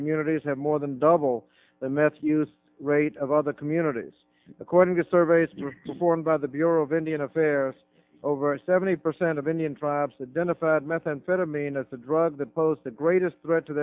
communities have more than double the meth use rate of other communities according to surveys formed by the bureau of indian affairs over seventy percent of indian tribes a den of methamphetamine is a drug that pose the greatest threat to